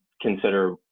consider